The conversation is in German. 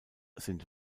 sind